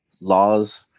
laws